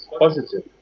positive